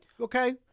okay